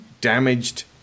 damaged